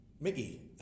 mickey